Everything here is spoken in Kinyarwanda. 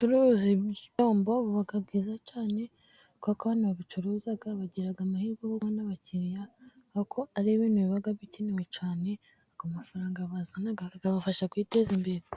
Ubucuruzi bw'ibyombo buba bwiza cyane kuko abicuruza bagira amahirwe yo kubona abakiriya kuko biba bikenewe cyane amafaranga bazana akabafasha kwiteza imbere.